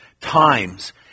times